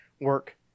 work